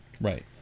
Right